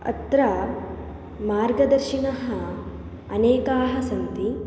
अत्र मार्गदर्शिनः अनेकाः सन्ति